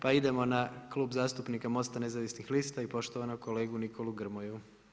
Pa idemo na klub zastupnika MOST-a nezavisnih lista i poštovanog kolegu Nikolu Grmoju.